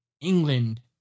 England